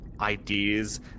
ideas